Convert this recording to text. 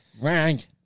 rank